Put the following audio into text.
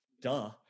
duh